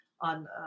on